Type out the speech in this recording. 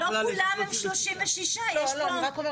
אבל לא כולם הם 36. יש פה, לא, לא, אני רק אומרת.